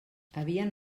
havien